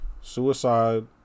suicide